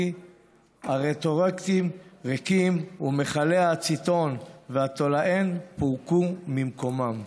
הריאקטורים ריקים ומכלי האצטון והטולואן פורקו ממקומם.